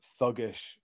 thuggish